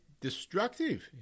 destructive